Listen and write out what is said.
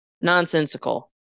nonsensical